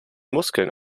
muskeln